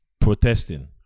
protesting